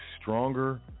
stronger